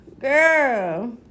Girl